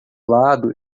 lado